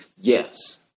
yes